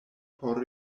por